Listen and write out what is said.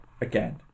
again